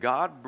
God